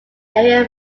area